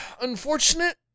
Unfortunate